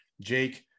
Jake